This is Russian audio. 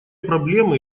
проблемы